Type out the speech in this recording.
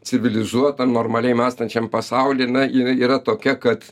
civilizuotam normaliai mąstančiam pasauly na yra yra tokia kad